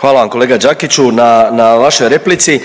Hvala vam kolega Đakiću na, na vašoj replici.